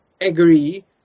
agree